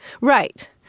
Right